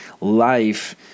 life